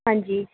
ਹਾਂਜੀ